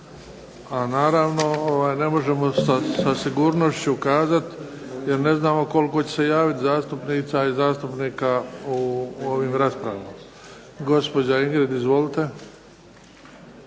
A naravno ne možemo sa sigurnošću kazati jer ne znamo koliko će se javiti zastupnica i zastupnika u ovim raspravama. Gospođo Ingrid izvolite.